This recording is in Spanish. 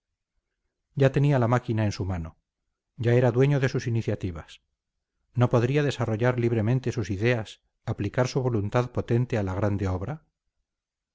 ya tenía la máquina en su mano ya era dueño de sus iniciativas no podría desarrollar libremente sus ideas aplicar su voluntad potente a la grande obra